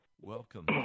Welcome